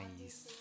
Nice